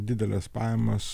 dideles pajamas